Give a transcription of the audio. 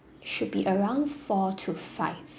should be around four to five